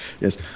Yes